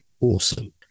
Awesome